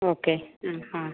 okay ആ ആ